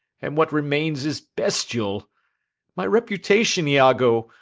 and what remains is bestial my reputation, iago,